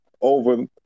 over